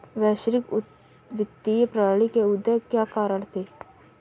वैश्विक वित्तीय प्रणाली के उदय के क्या कारण थे?